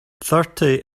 thirty